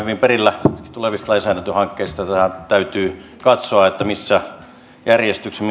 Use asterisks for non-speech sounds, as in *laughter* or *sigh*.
perillä tulevista lainsäädäntöhankkeista täytyy katsoa missä järjestyksessä *unintelligible*